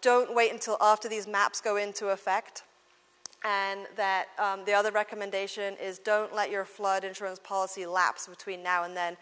don't wait until after these maps go into effect and that the other recommendation is don't let your flood insurance policy lapse between now and then